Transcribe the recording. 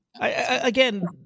Again